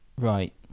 Right